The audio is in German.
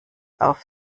auf